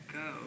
go